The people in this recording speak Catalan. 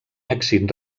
èxit